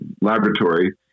laboratory